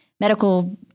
medical